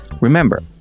Remember